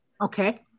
Okay